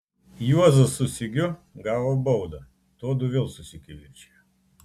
juozas su sigiu gavo baudą tuodu vėl susikivirčijo